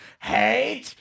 hate